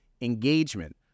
engagement